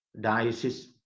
Diocese